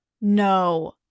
No